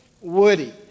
Woody